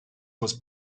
was